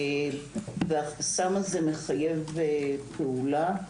החסם הזה מחייב פעולה.